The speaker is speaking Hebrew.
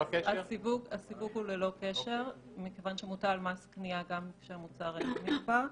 הסיווג הוא ללא קשר מכיוון שמוטל מס קנייה גם כשהמוצר אינו מיובא.